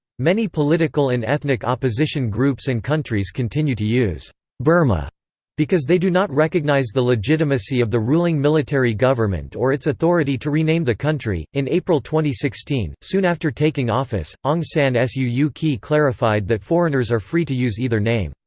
many political and ethnic opposition groups and countries continue to use burma because they do not recognise the legitimacy of the ruling military government or its authority to rename the country in april two thousand, soon after taking office, aung san suu kyi clarified that foreigners are free to use either name,